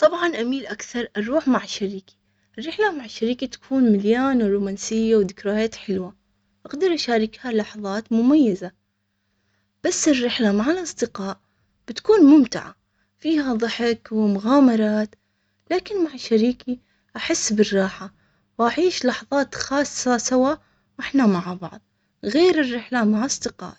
طبعا اميل اكثر اروح مع شريكي رحلة مع شريكي تكون مليانة رومانسية وذكريات حلوة اقدر اشاركها لحظات مميزة بس الرحلة مع الاصدقاء بتكون ممتعة فيها ظحك ومغامرات لكن مع شريكي احس بالراحة واعيش لظات خاصة سوا احنا مع بعض غير الرحلة مع أصدقائي.